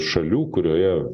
šalių kurioje